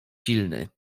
silny